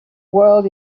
world